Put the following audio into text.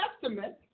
Testament